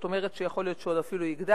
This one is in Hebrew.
זאת אומרת שיכול להיות שהוא עוד אפילו יגדל.